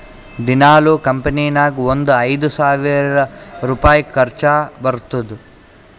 ದಿನಾಲೂ ಕಂಪನಿ ನಾಗ್ ಒಂದ್ ಐಯ್ದ ಸಾವಿರ್ ರುಪಾಯಿ ಖರ್ಚಾ ಬರ್ತುದ್